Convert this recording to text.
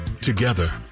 Together